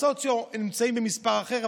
בסוציו הם נמצאים במספר אחר,